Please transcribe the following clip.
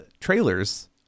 trailers